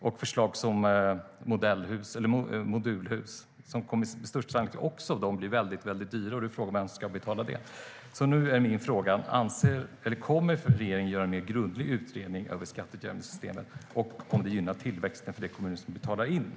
Det handlar om förslag som modulhus, som med största sannolikhet också kommer att bli väldigt dyra. Frågan är då vem som ska betala det.